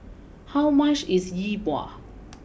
how much is Yi Bua